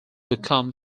become